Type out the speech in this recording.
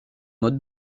mode